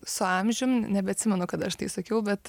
su amžium nebeatsimenu kada aš tai sakiau bet